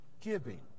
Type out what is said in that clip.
Giving